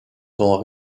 sont